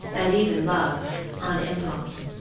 and even love, on impulse.